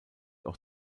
auch